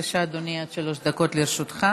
בבקשה, אדוני, עד שלוש דקות לרשותך.